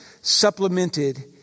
supplemented